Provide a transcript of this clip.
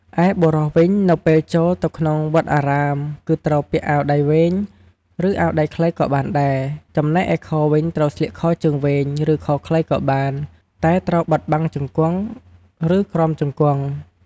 ឯបុរសវិញនៅពេលចូលទៅក្នុងវត្តអារាម គឺត្រូវពាក់អាវដៃវែង ឬអាវដៃខ្លីក៏បានដែរ ចំណែកឯខោវិញត្រូវស្លៀកខោជើងវែង ឬខោខ្លីក៏បានតែត្រូវបិទបាំងជង្គុងឬក្រោមជង្គុង។